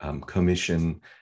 commission